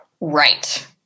Right